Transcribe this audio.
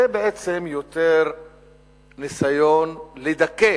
זה יותר ניסיון לדכא